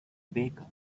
baker